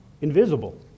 invisible